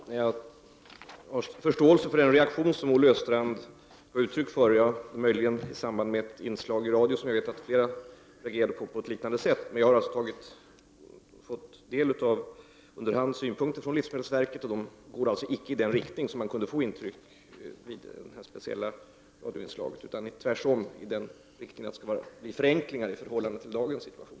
Herr talman! Jag har förståelse för den reaktion som Olle Östrand här har gett uttryck för. Av ett inslag i radion vet jag att det är flera som har reagerat på liknande sätt. Under hand har jag tagit del av livsmedelsverkets synpunkter. Dessa går icke i den riktning som man skulle kunna tro efter att ha lyssnat till det här radioinslaget. Det skall tvärtom bli förenklingar i förhållande till dagens situation.